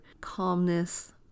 calmness